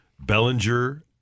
Bellinger